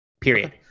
period